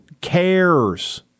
cares